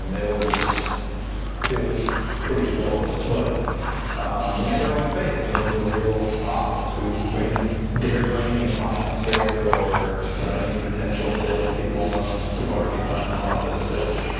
um it was it was pretty gross but we had our own space and it was a real office we didn't dare bring any clients there or you know any potential salespeople unless we've already signed them up as salesmen